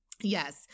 yes